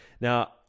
Now